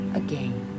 again